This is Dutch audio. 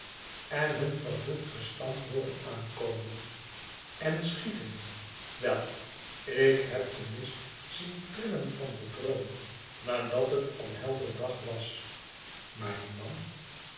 en hun vervloekt gestamp hooren aankomen en schieten wel ik heb den mist zien trillen van den dreun nadat het al helder dag was maar die man